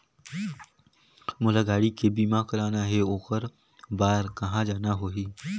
मोला गाड़ी के बीमा कराना हे ओकर बार कहा जाना होही?